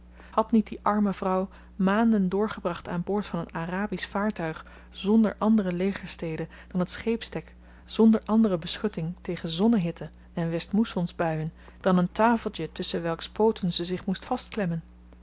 had niet die arme vrouw maanden doorgebracht aan boord van een arabisch vaartuig zonder andere legerstede dan t scheepsdek zonder andere beschutting tegen zonnehitte en westmoessonsbuien dan een tafeltje tusschen welks pooten ze zich moest